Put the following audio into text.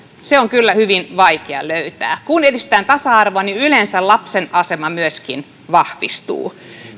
sitä on kyllä hyvin vaikea löytää kun edistetään tasa arvoa niin yleensä myöskin lapsen asema vahvistuu